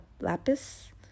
lapis